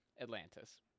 Atlantis